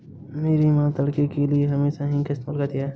मेरी मां तड़के के लिए हमेशा हींग का इस्तेमाल करती हैं